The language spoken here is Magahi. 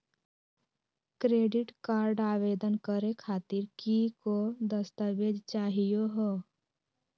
क्रेडिट कार्ड आवेदन करे खातीर कि क दस्तावेज चाहीयो हो?